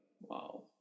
Wow